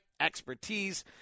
expertise